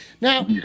Now